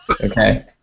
okay